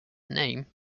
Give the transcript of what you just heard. name